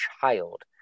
child